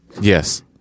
Yes